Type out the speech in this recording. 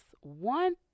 one